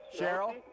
Cheryl